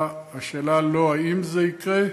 השאלה היא לא אם זה יקרה,